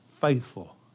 faithful